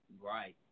Right